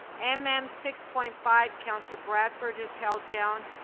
and mm um six point five counsellor bradford has held down.